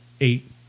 eight